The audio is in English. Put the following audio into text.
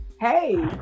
Hey